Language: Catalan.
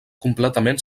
completament